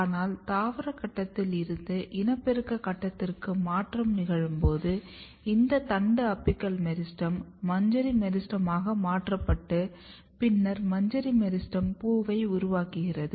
ஆனால் தாவர கட்டத்தில் இருந்து இனப்பெருக்க கட்டத்திற்கு மாற்றம் நிகழும்போது இந்த தண்டு அபிக்கல் மெரிஸ்டெம் மஞ்சரி மெரிஸ்டெமாக மாற்றப்பட்டு பின்னர் மஞ்சரி மெரிஸ்டெம் பூவை உருவாக்குகிறது